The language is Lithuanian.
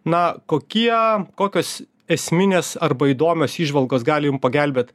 na kokie kokios esminės arba įdomios įžvalgos gali jum pagelbėt